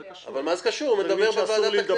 הוא יגיד מה שהוא רוצה עכשיו.